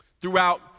throughout